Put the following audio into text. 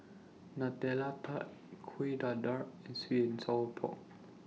Nutella Tart Kueh Dadar and Sweet and Sour Pork